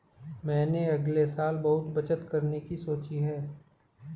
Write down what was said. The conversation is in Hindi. मैंने अगले साल बहुत बचत करने की सोची है